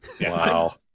Wow